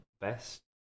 best